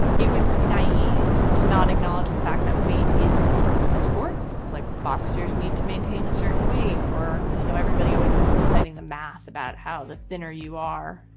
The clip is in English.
it would be naive to not acknowledge the fact that weight is important in sports. like boxers need to maintain a certain weight, or you know everybody always ends up citing the math about how the thinner you are,